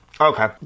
Okay